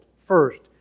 First